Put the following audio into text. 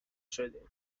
شدیم